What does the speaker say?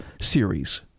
series